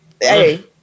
Hey